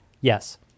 yes